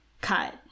cut